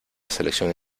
selección